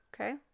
Okay